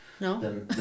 No